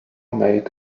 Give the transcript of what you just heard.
male